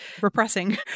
repressing